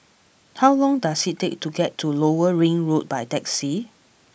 how long does it take to get to Lower Ring Road by taxi